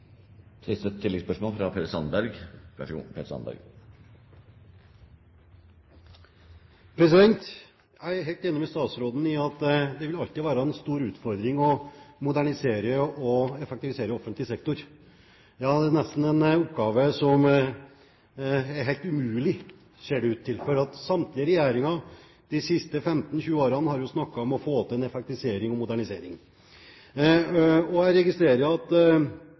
Per Sandberg – til oppfølgingsspørsmål. Jeg er helt enig med statsråden i at det alltid vil være en stor utfordring å modernisere og effektivisere offentlig sektor. Ja, det er nesten en oppgave som er helt umulig, ser det ut til, for samtlige regjeringer de siste 15–20 årene har jo snakket om å få til en effektivisering og modernisering. Og jeg registrerer at